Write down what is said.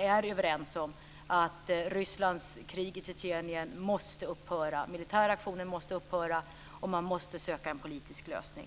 är överens om att Rysslands krig i Tjetjenien måste upphöra. Den militära aktionen måste upphöra och man måste söka en politisk lösning.